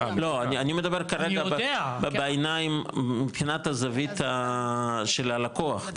לא, אני מדבר כרגע מבחינת הזווית של הלקוח.